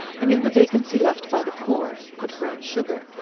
and in the vacancy left by the core, put brown sugar,